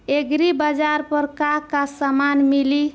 एग्रीबाजार पर का का समान मिली?